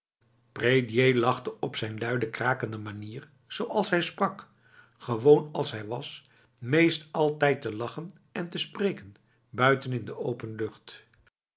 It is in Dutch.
prédier lachte op zijn luide krakende manier zoals hij sprak gewoon als hij was meest altijd te lachen en te spreken buiten in de open lucht